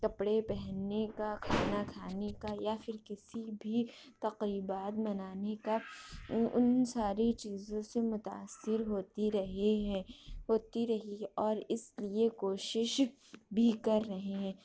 کپڑے پہننے کا کھانا کھانے کا یا پھر کسی بھی تقریبات منانے کا ان ان ساری چیزوں سے متاثر ہوتی رہے ہیں ہوتی رہی ہے اور اس لیے کوشش بھی کر رہے ہیں